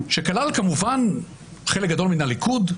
שכלל, כמובן, גם חלק גדול מן הליכוד.